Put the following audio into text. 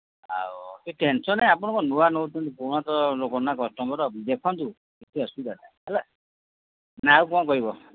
ଆଉ ଟେନସନ୍ ନାହିଁ ଆପଣ କ'ଣ ନୂଆ ନେଉଛନ୍ତି ପୁରୁଣା ତ ଲୋକ ନା କଷ୍ଟମର୍ ଦେଖନ୍ତୁ କିଛି ଅସୁବିଧା ନାହିଁ ହେଲା ନା ଆଉ କ'ଣ କହିବ